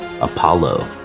Apollo